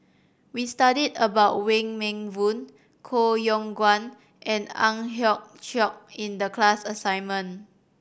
we studied about Wong Meng Voon Koh Yong Guan and Ang Hiong Chiok in the class assignment